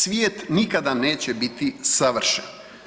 Svijet nikada neće biti savršen.